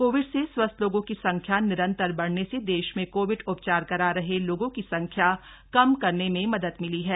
Covid से स्वस्थ लोगों की संख्या निरंतर बढ़ने से देश में कोविड उपचार करा रहे लोगों की संख्या कम करने में मदद मिली है